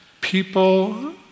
People